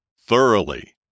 thoroughly